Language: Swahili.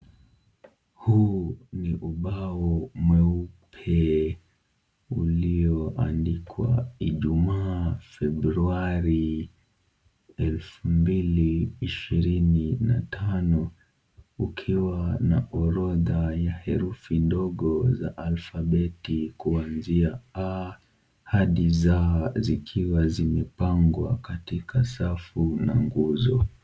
Huu ni ubao mweupe ulioandikwa Ijumaa Februari 2025, ukiwa na orodha ya herufi ndogo za alphabeti kwanzia a hadi z, zikiwa zimepangwa katika safu na nguzo.